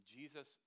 jesus